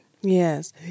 Yes